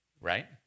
right